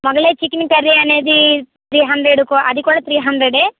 Mughlai chicken curry అనేది three హండ్రెడ్కు అది కూడా త్రీ హండ్రెడ్యే